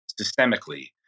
systemically